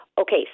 Okay